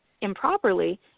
improperly